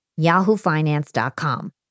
yahoofinance.com